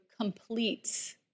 completes